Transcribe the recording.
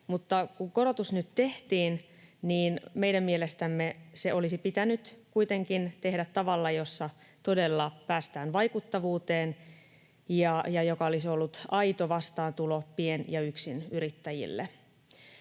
Mutta kun korotus nyt tehtiin, meidän mielestämme se olisi pitänyt kuitenkin tehdä tavalla, jossa todella päästään vaikuttavuuteen ja joka olisi ollut aito vastaantulo pien- ja yksinyrittäjille.